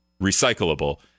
recyclable